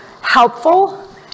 helpful